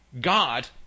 God